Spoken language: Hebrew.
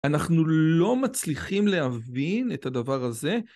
אנחנו לא מצליחים להבין את הדבר הזה.